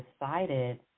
decided